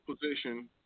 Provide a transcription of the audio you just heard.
position